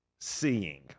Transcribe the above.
Seeing